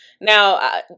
Now